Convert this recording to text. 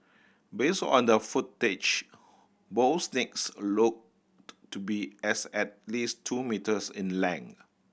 based on the footage both looked to be as at least two metres in length